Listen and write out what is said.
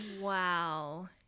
wow